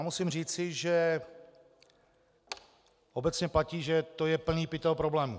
Musím říci, že obecně platí, že to je plný pytel problémů.